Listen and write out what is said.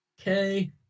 Okay